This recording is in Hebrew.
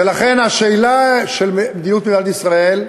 ולכן, השאלה של מדיניות מדינת ישראל,